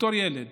בתור ילד